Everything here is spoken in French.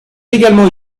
également